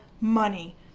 money